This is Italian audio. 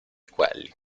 quelli